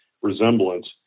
resemblance